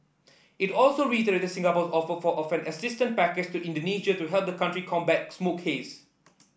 it also reiterated Singapore's offer of an assistance package to Indonesia to help the country combat smoke haze